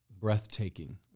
breathtaking